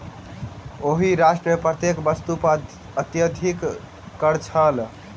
ओहि राष्ट्र मे प्रत्येक वस्तु पर अत्यधिक कर छल